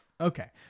Okay